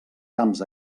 camps